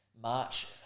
March